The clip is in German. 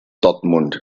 dortmund